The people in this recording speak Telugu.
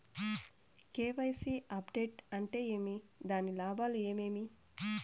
కె.వై.సి అప్డేట్ అంటే ఏమి? దాని లాభాలు ఏమేమి?